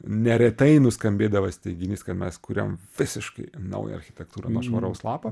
neretai nuskambėdavas teiginys kad mes kuriam visiškai naują architektūrą nuo švaraus lapo